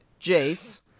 Jace